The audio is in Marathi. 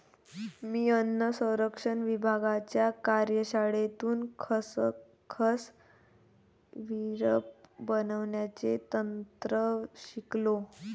मी अन्न संरक्षण विभागाच्या कार्यशाळेतून खसखस सिरप बनवण्याचे तंत्र शिकलो